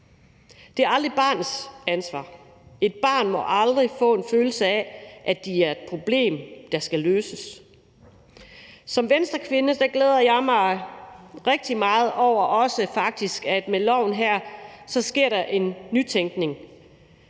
Det er aldrig barnets ansvar. Børn må aldrig få en følelse af, at de er et problem, der skal løses. Som Venstrekvinde glæder jeg mig faktisk også rigtig meget over, at der med loven her sker en nytænkning;